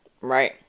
right